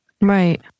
Right